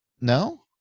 no